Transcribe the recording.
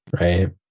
Right